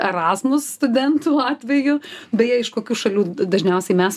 erasmus studentų atveju beje iš kokių šalių d dažniausiai mes